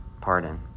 pardon